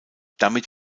damit